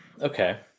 Okay